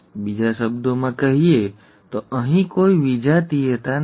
બીજા શબ્દોમાં કહીએ તો અહીં કોઈ વિજાતીયતા નથી